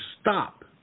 stop